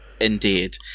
Indeed